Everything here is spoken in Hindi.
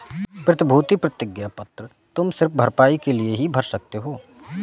प्रतिभूति प्रतिज्ञा पत्र तुम सिर्फ भरपाई के लिए ही भर सकते हो